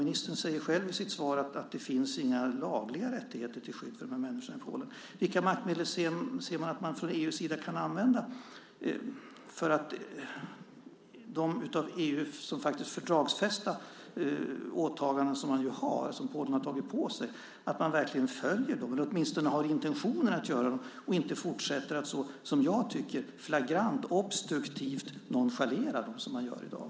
Ministern säger själv i sitt svar att det inte finns några lagliga rättigheter till skydd för de här människorna i Polen. Vilka maktmedel ser man att man från EU:s sida kan använda för att se till att Polen verkligen följer de fördragsfästa åtaganden som man faktiskt har, som Polen har tagit på sig? Polen borde åtminstone ha intentionen att följa dem och inte fortsätta att så, som jag tycker, flagrant och obstruerande nonchalera dem som man gör i dag.